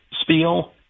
spiel